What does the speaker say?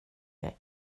jag